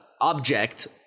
object